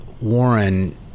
Warren